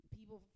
People